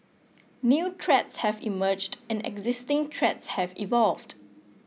new threats have emerged and existing threats have evolved